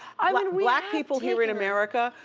ah like black people here in america,